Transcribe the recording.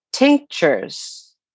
Tinctures